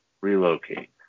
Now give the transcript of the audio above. relocate